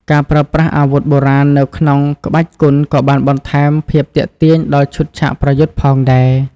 ការប្រើប្រាស់អាវុធបុរាណនៅក្នុងក្បាច់គុនក៏បានបន្ថែមភាពទាក់ទាញដល់ឈុតឆាកប្រយុទ្ធផងដែរ។